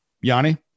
Yanni